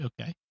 Okay